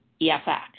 EFX